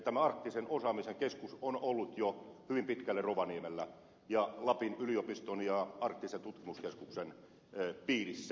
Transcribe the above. arktisen osaamisen keskus on ollut jo hyvin pitkälle rovaniemellä ja lapin yliopiston ja arktisen tutkimuskeskuksen piirissä